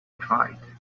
tried